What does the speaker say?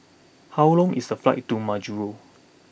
how long is the flight to Majuro